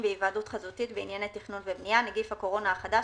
בהיוועדות חזותית בענייני תכנון ובנייה (נגיף הקורונה החדש,